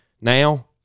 Now